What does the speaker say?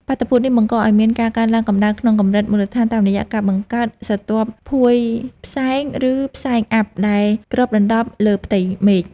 បាតុភូតនេះបង្កឱ្យមានការកើនឡើងកម្ដៅក្នុងកម្រិតមូលដ្ឋានតាមរយៈការបង្កើត ស្រទាប់ភួយផ្សែង ឬផ្សែងអ័ព្ទ ដែលគ្របដណ្ដប់លើផ្ទៃមេឃ។